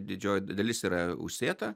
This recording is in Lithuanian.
didžioji dalis yra užsėta